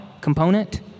component